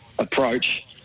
Approach